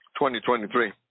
2023